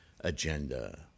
agenda